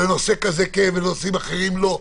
בנושא כזה כן ובנושאים אחרים לא.